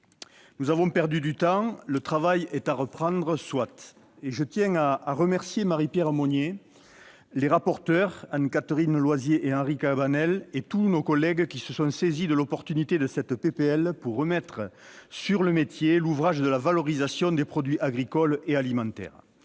Nous avons perdu du temps, le travail est à reprendre ... Soit ! Je tiens à remercier Marie-Pierre Monier, les rapporteurs Anne-Catherine Loisier et Henri Cabanel, ainsi que tous nos collègues qui se sont saisis de l'opportunité de cette proposition de loi pour remettre sur le métier l'ouvrage de la valorisation des produits agricoles et alimentaires.